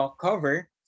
Cover